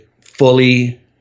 fully